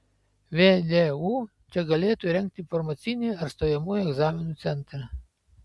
vdu čia galėtų įrengti informacinį ar stojamųjų egzaminų centrą